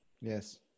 Yes